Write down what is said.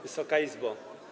Wysoka Izbo!